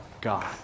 God